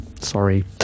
sorry